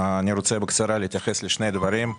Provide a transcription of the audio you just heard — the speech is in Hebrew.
אני רוצה להתייחס בקצרה לשני דברים.